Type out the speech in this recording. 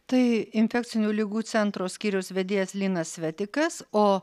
tai infekcinių ligų centro skyriaus vedėjas linas svetikas o